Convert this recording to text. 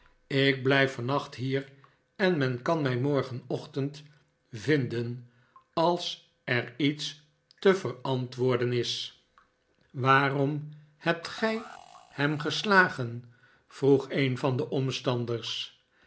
ik blijf vannacht hier en men kan mij morgenochtend vinden als er iets te verantwborden is waarom hebt gij hem geslagen vroeg een van de omstanders